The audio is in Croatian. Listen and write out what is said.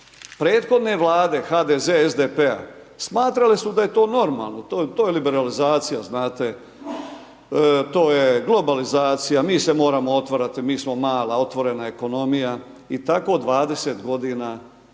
Prethodne Vlade HDZ, SDP-a smatrale su da je to normalno, to je liberalizacija, znate, to je globalizacija, mi se moramo otvarati, mi smo mala otvorena ekonomija i tako 20 godina